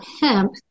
hemp